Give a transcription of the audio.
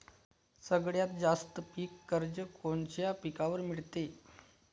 सगळ्यात जास्त पीक कर्ज कोनच्या पिकावर मिळते?